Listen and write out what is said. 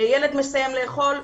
ילד מסיים לאכול,